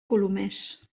colomers